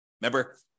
Remember